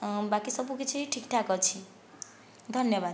ବାକି ସବୁ କିଛି ଠିକ୍ ଠାକ୍ ଅଛି ଧନ୍ୟବାଦ